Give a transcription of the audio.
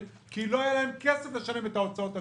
כי לא היה להם כסף לשלם את ההוצאות הקבועות,